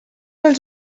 els